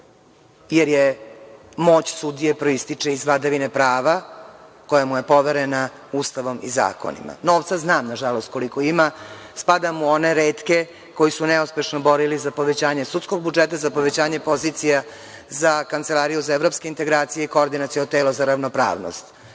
jer moć sudije proističe iz vladavine prava koja mu je poverena Ustanovom i zakonima. Novca znam nažalost koliko ima. Spadam u one retke koji su se neuspešno borili za povećanje sudskog budžeta, za povećanje pozicija za Kancelariju za evropske integracije i Koordinaciono telo za ravnopravnost.